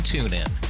TuneIn